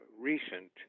recent